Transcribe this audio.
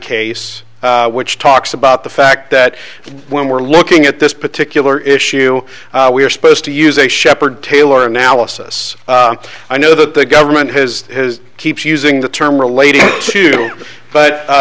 case which talks about the fact that when we're looking at this particular issue we are supposed to use a shepherd taylor analysis i know that the government has his keep using the term relating to but